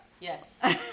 Yes